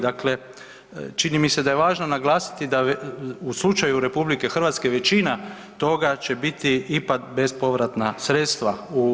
Dakle, čini mi se da je važno naglasiti da u slučaju RH većina toga će biti ipak bespovratna sredstva.